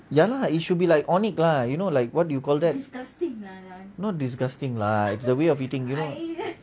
ya lah it should be like tonic you know like what do you call that not disgusting lah it's the way of eating you know